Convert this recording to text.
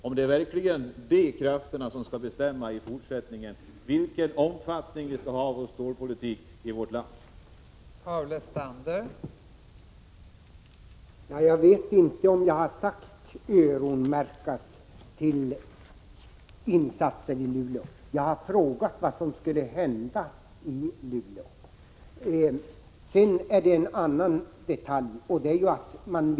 Är det verkligen dessa krafter som i fortsättningen skall bestämma vilken omfattning stålpolitiken i vårt land skall ha?